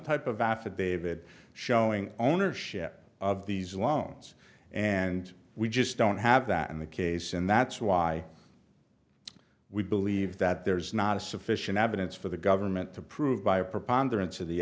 type of affidavit showing ownership of these loans and we just don't have that in the case and that's why we believe that there's not a sufficient evidence for the government to prove by a preponderance of the